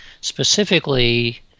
specifically